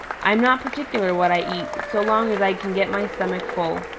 i am not particular what i eat so long as i can get my stomach full.